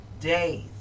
days